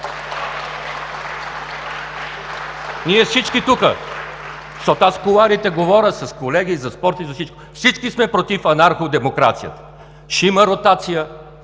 Ние всички тук, защото аз в кулоарите говоря с колеги за спорт и за всичко, всички сме против анарходемокрацията. Ще има ротация.